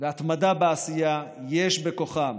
והתמדה בעשייה, יש בכוחן